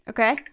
Okay